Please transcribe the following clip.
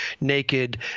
naked